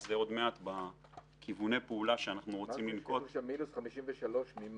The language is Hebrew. כתוב שם מינוס 53 ממה?